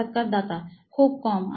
সাক্ষাৎকারদাতা খুব কম